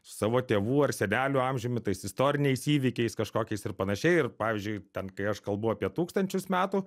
su savo tėvų ar senelių amžiumi tais istoriniais įvykiais kažkokiais ir panašiai ir pavyzdžiui ten kai aš kalbu apie tūkstančius metų